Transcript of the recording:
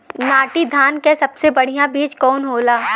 नाटी धान क सबसे बढ़िया बीज कवन होला?